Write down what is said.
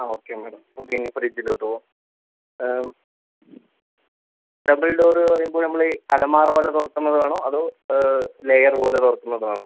ആ okay madam നമ്മൾക്ക് ഇനി ഫ്രിഡ്ജിലോട്ട് പോവാം ഡബിൾ ഡോർ പറയുമ്പം നമ്മൾ അലമാരപോലെ തുറക്കുന്നത് വേണോ അതോ ലെയർ പോലെ തുറക്കുന്നത് വേണോ